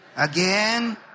Again